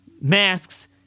masks